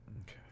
Okay